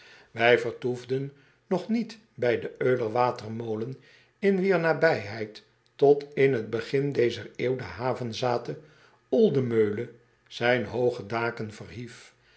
ij vertoefden nog niet bij den uler watermolen in wier nabijheid tot in t begin dezer eeuw de havezathe l d e m e u l e zijn hooge daken verhief